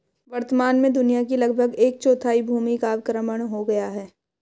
वर्तमान में दुनिया की लगभग एक चौथाई भूमि का अवक्रमण हो गया है